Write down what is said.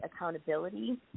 accountability